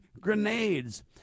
grenades